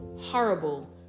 horrible